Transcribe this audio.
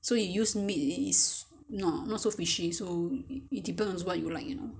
so you use meat is no~ not so fishy so it depends what you like you know